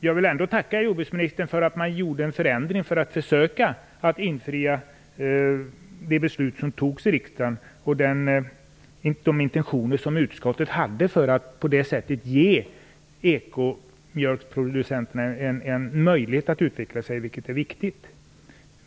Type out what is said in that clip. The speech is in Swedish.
Jag vill ändå tacka jordbruksministern för att man genomförde en förändring för att försöka att infria det beslut som fattades i riksdagen och de intentioner som utskottet hade för att på det sättet ge ekomjölksproducenterna en möjlighet att utvecklas, vilket är viktigt.